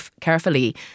carefully